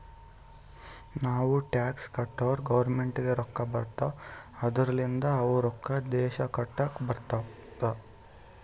ನಾವ್ ಟ್ಯಾಕ್ಸ್ ಕಟ್ಟುರ್ ಗೌರ್ಮೆಂಟ್ಗ್ ರೊಕ್ಕಾ ಬರ್ತಾವ್ ಅದೂರ್ಲಿಂದ್ ಅವು ರೊಕ್ಕಾ ದೇಶ ಕಟ್ಲಕ್ ಬರ್ತುದ್